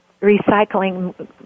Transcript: recycling